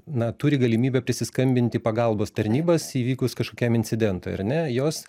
na turi galimybę prisiskambinti į pagalbos tarnybas įvykus kažkokiam incidentui ar ne jos